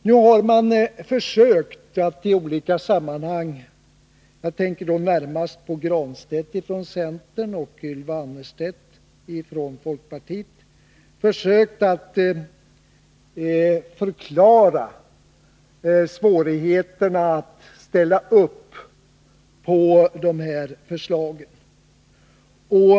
Nu har de i olika sammanhang — jag tänker då närmast på Pär Granstedt från centern och Ylva Annerstedt från folkpartiet — försökt att förklara svårigheterna att ställa upp på förslaget.